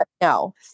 No